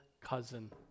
cousin